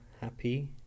happy